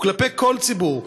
וכלפי כל ציבור,